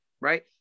right